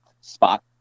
spot